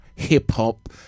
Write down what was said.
Hip-hop